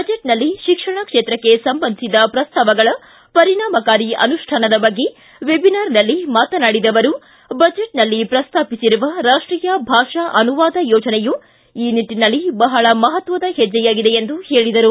ಬಜೆಟ್ನಲ್ಲಿ ಶಿಕ್ಷಣ ಕ್ಷೇತ್ರಕ್ಷೆ ಸಂಬಂಧಿಸಿದ ಪ್ರಸ್ತಾವಗಳ ಪರಿಣಾಮಕಾರಿ ಅನುಷ್ಠಾನದ ಬಗ್ಗೆ ವೆಬಿನಾರ್ನಲ್ಲಿ ಮಾತನಾಡಿದ ಅವರು ಬಜೆಟ್ನಲ್ಲಿ ಪ್ರಸ್ತಾಪಿಸಿರುವ ರಾಷ್ಟೀಯ ಭಾಷಾ ಅನುವಾದ ಯೋಜನೆಯು ಈ ನಿಟ್ಟಿನಲ್ಲಿ ಬಹಳ ಮಹತ್ವದ ಹೆಜ್ಜೆಯಾಗಿದೆ ಎಂದು ಹೇಳದರು